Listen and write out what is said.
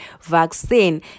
vaccine